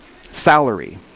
Salary